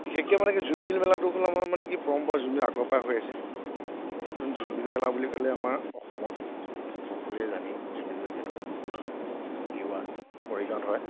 বিশেষকৈ মানে কি জোনবিলা মেলাটো হ'ল আমাৰ মানে কি পৰম্পৰা যিবিলাক আগৰে পৰা হৈ আছে সেই জোনবিল মেলা বুলি ক'লে আমাৰ অসমত সকলোৱে জানেই জোনবিল মেলা কেনেকুৱা তিৱা মৰিগাঁৱত হয়